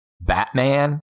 Batman